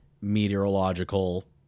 meteorological